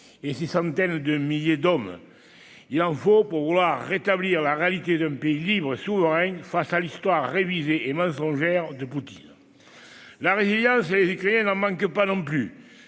et ses centaines de milliers d'hommes. Il en faut pour vouloir rétablir la réalité d'un pays libre et souverain face à l'Histoire révisée et mensongère de Poutine. La résilience, les Ukrainiens n'en manquent pas non plus.